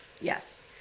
Yes